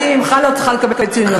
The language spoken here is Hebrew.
אני ממך לא צריכה לקבל ציונים.